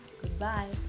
goodbye